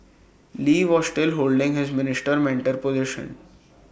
lee was still holding his minister mentor position